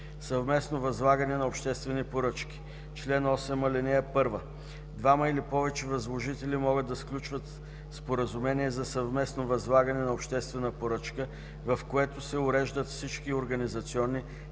„Съвместно възлагане на обществени поръчки Чл. 8. (1) Двама или повече възложители могат да сключат споразумение за съвместно възлагане на обществена поръчка, в което се уреждат всички организационни,